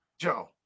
Joe